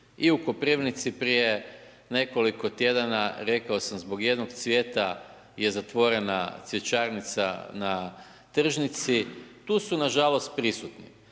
I u Koprivnici prije nekoliko tjedana, rekao sam, zbog jednog cvijeta je zatvorena cvjećarnica na tržnici. Tu su nažalost prisutni.